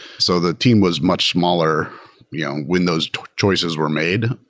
so the team was much smaller yeah when those choices were made,